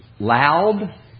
Loud